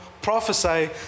prophesy